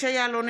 משה יעלון,